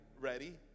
Ready